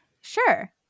Sure